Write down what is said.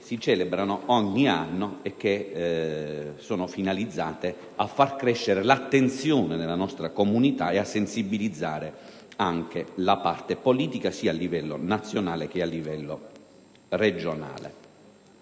si celebrano ogni anno e sono finalizzate a far crescere l'attenzione nella nostra comunità e a sensibilizzare anche la parte politica a livello sia nazionale che regionale.